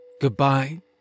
Goodbye